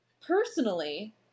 personally